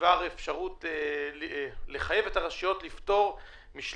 בדבר אפשרות לחייב את הרשויות לפטור את